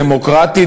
דמוקרטית,